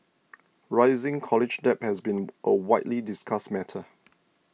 rising college debt has been a widely discussed matter